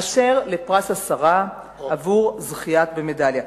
אשר לפרס השרה עבור זכייה במדליה,